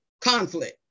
conflict